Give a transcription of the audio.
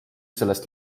sellest